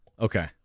okay